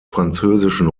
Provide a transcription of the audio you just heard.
französischen